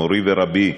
מורי ורבי,